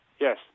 Yes